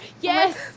Yes